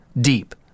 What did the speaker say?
deep